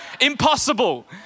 impossible